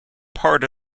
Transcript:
part